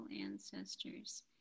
ancestors